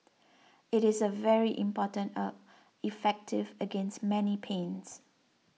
it is a very important herb effective against many pains